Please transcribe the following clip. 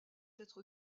être